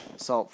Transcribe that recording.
so,